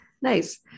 nice